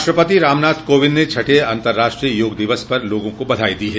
राष्ट्रपति रामनाथ कोविंद ने छठे अंतर्राष्ट्रीय योग दिवस पर लोगों को बधाई दी है